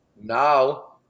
Now